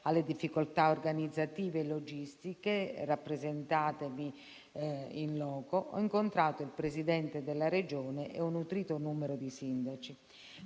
alle difficoltà organizzative e logistiche rappresentatemi *in loco*, ho incontrato il Presidente della Regione e un nutrito numero di sindaci.